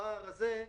הפער הזה,